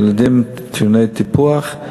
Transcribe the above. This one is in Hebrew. ילדים טעוני טיפוח,